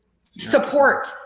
support